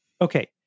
Okay